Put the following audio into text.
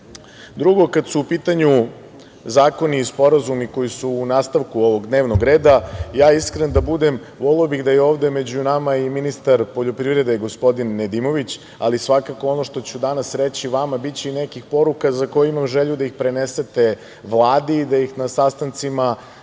sebe. Drugo, kada su u pitanju zakoni i sporazumi koji su u nastavku ovog dnevnog reda, ja iskren da budem voleo bih da je ovde među nama i ministar poljoprivrede gospodin Nedimović, ali svakako ono što ću danas reći vama biće i nekih poruka za koje imam želju da ih prenesete Vladi i da ih na sastancima Vlade